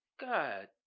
God